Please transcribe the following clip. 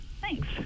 Thanks